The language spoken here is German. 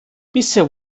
bisher